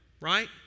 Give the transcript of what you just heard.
right